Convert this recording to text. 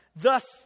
thus